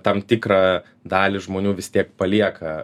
tam tikrą dalį žmonių vis tiek palieka